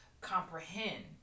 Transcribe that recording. comprehend